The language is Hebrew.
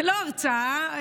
לא הרצאה,